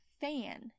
fan